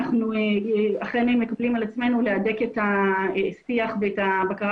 אנחנו מקבלים על עצמנו להדק את השיח ואת הבקרה